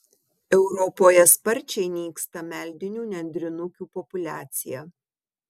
europoje sparčiai nyksta meldinių nendrinukių populiacija